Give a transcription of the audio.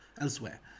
elsewhere